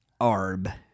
Arb